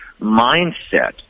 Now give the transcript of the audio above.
mindset